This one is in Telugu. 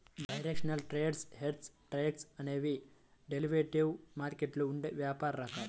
డైరెక్షనల్ ట్రేడ్స్, హెడ్జ్డ్ ట్రేడ్స్ అనేవి డెరివేటివ్ మార్కెట్లో ఉండే వ్యాపార రకాలు